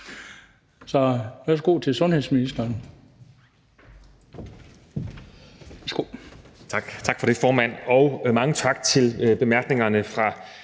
vi tak til sundhedsministeren.